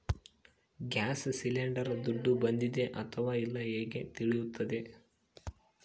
Gas cylinder ದುಡ್ಡು ಬಂದಿದೆ ಅಥವಾ ಇಲ್ಲ ಹೇಗೆ ತಿಳಿಯುತ್ತದೆ?